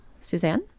Suzanne